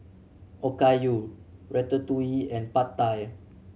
Okayu Ratatouille and Pad Thai